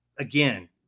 Again